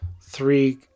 three